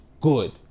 good